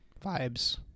vibes